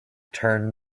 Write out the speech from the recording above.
turn